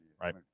Right